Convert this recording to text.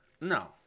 No